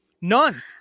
none